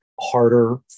harder